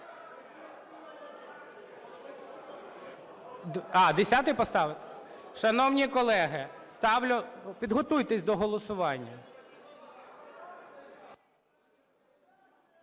А, 10-й поставити? Шановні колеги, ставлю… Підготуйтесь до голосування.